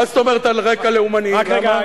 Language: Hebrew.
מה זאת אומרת "על רקע לאומני" רק רגע,